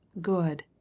Good